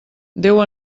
déu